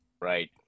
Right